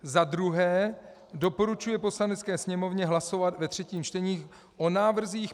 II. doporučuje Poslanecké sněmovně hlasovat ve třetím čtení o návrzích